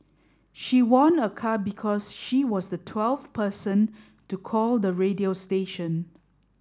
she won a car because she was the twelfth person to call the radio station